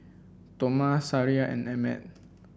Toma Sariah and Emmet